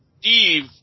Steve